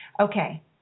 Okay